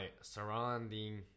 surrounding